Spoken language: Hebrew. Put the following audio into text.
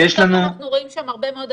כי בסוף אנחנו רואים שם הרבה מאוד הדבקה.